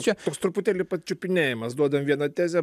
čia toks truputėlį pačiupinėjamas duodam vieną tezę